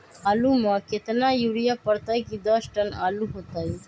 आलु म केतना यूरिया परतई की दस टन आलु होतई?